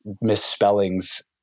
misspellings